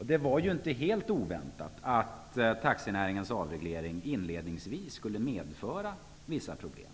Det var inte helt oväntat att taxinäringens avreglering inledningsvis skulle medföra vissa problem.